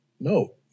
No